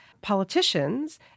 politicians